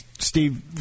Steve